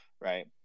right